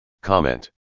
Comment